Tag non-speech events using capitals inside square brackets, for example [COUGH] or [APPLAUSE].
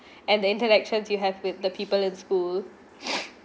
and the interactions you have with the people in school [BREATH]